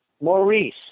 Maurice